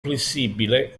flessibile